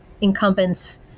incumbents